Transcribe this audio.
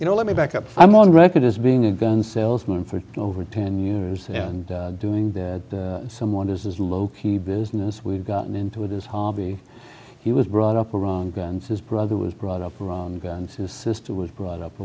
you know let me back up from on the record as being a gun salesman for over ten years and doing that someone is low key business we've gotten into this hobby he was brought up around guns his brother was brought up around guns his sister was brought up